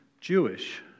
Jewish